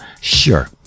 sure